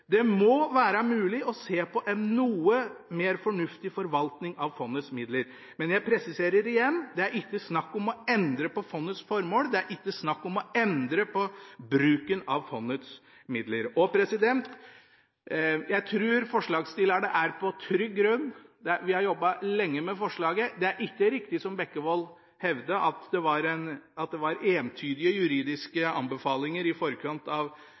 Det må være mulig å se på en noe mer fornuftig forvaltning av fondets midler. Men jeg presiserer igjen: Det er ikke snakk om å endre på fondets formål, det er ikke snakk om å endre på bruken av fondets midler. Jeg trur forslagsstillerne er på trygg grunn. Vi har jobbet lenge med forslaget. Det er ikke riktig, som Bekkevold hevdet, at det var entydige juridiske anbefalinger i forkant av instruksen som regjeringa vedtok. Dette er det uenighet om også i juridiske